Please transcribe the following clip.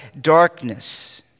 darkness